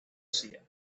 hacía